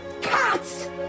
cats